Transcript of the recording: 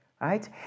right